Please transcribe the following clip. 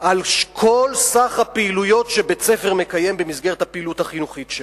על סך כל הפעילויות שבית-ספר מקיים במסגרת הפעילות החינוכית שלו.